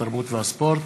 התרבות והספורט.